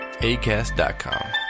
ACAST.COM